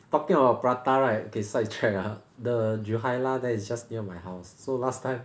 talking about prata right okay sidetrack ah the Julaiha there is just near my house so last time